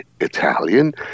Italian